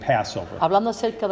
Passover